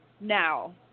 now